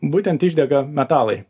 būtent išdega metalai